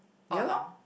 ya lor